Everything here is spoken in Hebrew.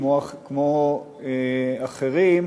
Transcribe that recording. כמו אחרים,